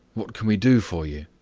what can we do for you?